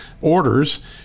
orders